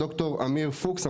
ד"ר עמיר פוקס,